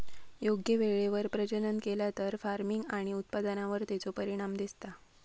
योग्य वेळेवर प्रजनन केला तर फार्मिग आणि उत्पादनावर तेचो परिणाम दिसता